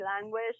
language